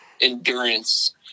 endurance